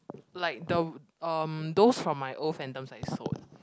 like the um those from my old fandoms I sold